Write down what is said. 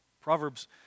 Proverbs